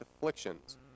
afflictions